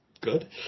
good